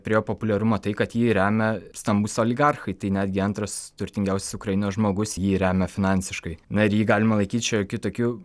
prie populiarumo tai kad jį remia stambūs oligarchai tai netgi antras turtingiausias ukrainos žmogus jį remia finansiškai na ir jį galima laikyt šiokiu tokiu